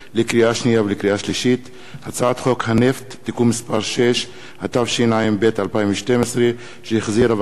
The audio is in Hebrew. לפיכך אני קובע שהצעת החוק הזו אושרה בקריאה ראשונה והיא תעבור לוועדת